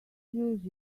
use